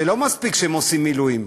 שלא מספיק שהם עושים מילואים,